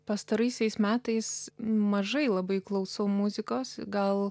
pastaraisiais metais mažai labai klausau muzikos gal